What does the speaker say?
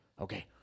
okay